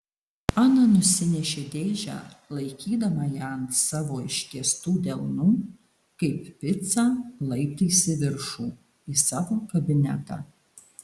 ana nusinešė dėžę laikydama ją ant ištiestų delnų kaip picą laiptais į viršų į savo kabinetą